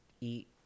eat